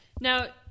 Now